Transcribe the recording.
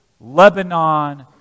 Lebanon